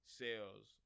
sales